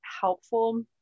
helpful